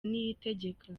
niyitegeka